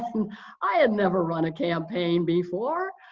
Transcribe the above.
and i had never run a campaign before,